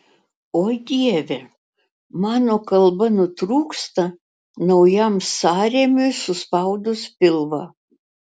o dieve mano kalba nutrūksta naujam sąrėmiui suspaudus pilvą